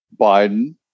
Biden